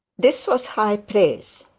this was high praise,